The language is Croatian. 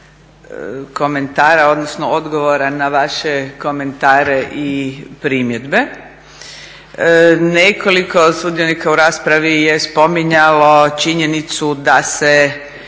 komentara, odnosno odgovora na vaše komentare i primjedbe. Nekoliko sudionika u raspravi je spominjalo činjenicu da se